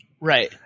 Right